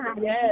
Yes